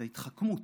את ההתחכמות,